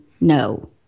No